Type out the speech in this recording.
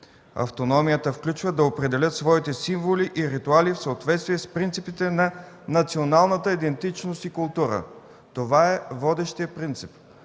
автономията включва да определят своите символи и ритуали в съответствие с принципите на националната идентичност и култура.” Това е водещият принцип: